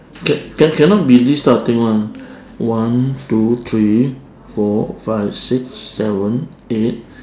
can can cannot be this type of thing [one] one two three four five six seven eight